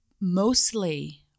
mostly